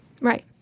right